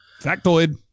Factoid